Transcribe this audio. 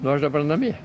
nu aš dabar namie